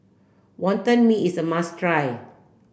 wonton mee is the must try